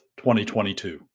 2022